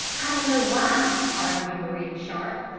i don't know why, argued maria sharp.